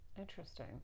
Interesting